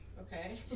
okay